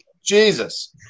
Jesus